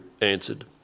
answered